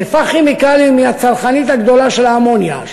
"חיפה כימיקלים" היא הצרכנית הגדולה של האמוניה,